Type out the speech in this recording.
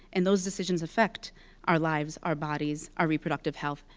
and those decisions affect our lives, our bodies, our reproductive health,